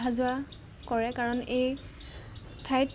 অহা যোৱা কৰে কাৰণ এই ঠাইত